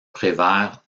prévert